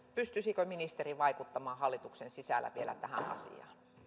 pystyisikö ministeri vaikuttamaan hallituksen sisällä vielä tähän asiaan